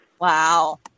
Wow